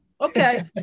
Okay